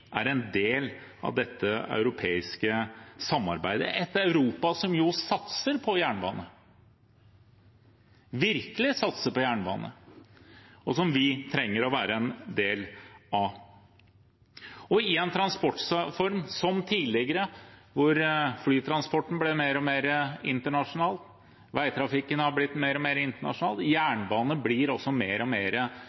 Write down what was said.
er en del av dette europeiske samarbeidet, et Europa som jo satser på jernbane – virkelig satser på jernbane – og som vi trenger å være en del av. Hvor flytransporten tidligere ble mer og mer internasjonal, veitrafikken har blitt mer og mer internasjonal,